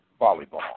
volleyball